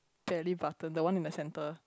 tally button that one in the center